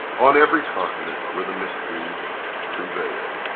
on every continent where the mysteries prevail.